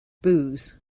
booze